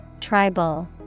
Tribal